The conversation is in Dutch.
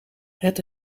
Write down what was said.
het